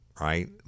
right